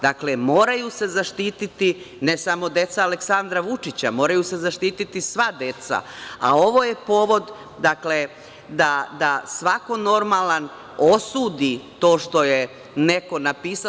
Dakle, moraju se zaštiti ne samo deca Aleksandra Vučića, moraju se zaštiti sva deca, a ovo je povod, dakle, da svako normalan osudi to što je neko napisao.